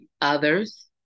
others